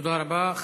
תודה רבה.